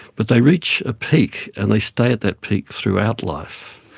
but they reach a peak and they stay at that peak throughout life.